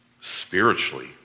Spiritually